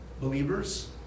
believers